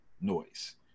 noise